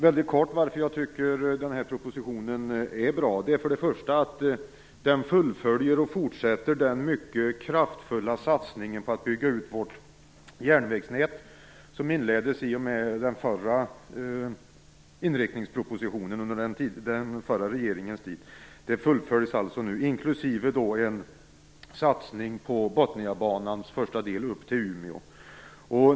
Jag skall kort säga varför jag tycker att propositionen är bra. Den fullföljer och fortsätter den mycket kraftfulla satsning på att bygga ut vårt järnvägsnät som inleddes i och med den förra inriktingspropositionen under den förra regeringens tid. Det fullföljs alltså nu, inklusive en satsning på Botniabanans första del, till Umeå.